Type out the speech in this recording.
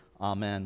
Amen